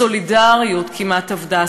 הסולידריות כמעט אבדה.